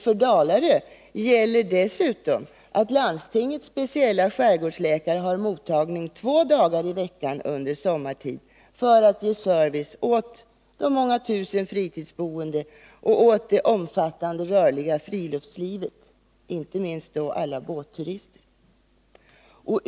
För Dalarö gäller dessutom att landstingets speciella skärgårdsläkare har mottagning två dagar i veckan under sommartid för att ge service åt de många tusen fritidsboende och åt det omfattande rörliga friluftslivet, inte minst då alla båtturister.